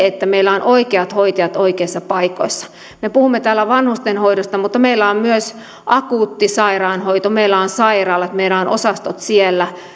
että meillä ovat oikeat hoitajat oikeissa paikoissa me puhumme täällä vanhustenhoidosta mutta meillä on myös akuuttisairaanhoito meillä on sairaalat meillä on osastot siellä